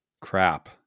crap